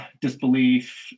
disbelief